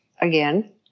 again